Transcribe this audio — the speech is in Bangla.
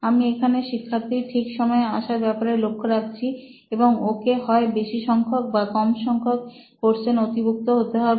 আমি এখানে শিক্ষার্থীর ঠিক সময় আসার ব্যাপারে লক্ষ্য রাখছি এবং ওকে হয় বেশি সংখ্যক বা কম সংখ্যক কোর্সে নথিভুক্ত হতে হবে